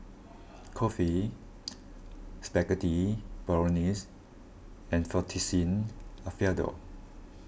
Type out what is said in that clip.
Kulfi Spaghetti Bolognese and Fettuccine Alfredo